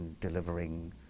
delivering